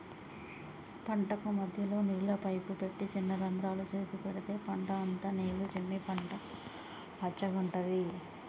పంటకు మధ్యలో నీళ్ల పైపు పెట్టి చిన్న రంద్రాలు చేసి పెడితే పంట అంత నీళ్లు చిమ్మి పంట పచ్చగుంటది